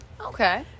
Okay